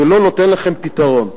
ולא נותן לכם פתרון.